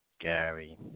Gary